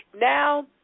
Now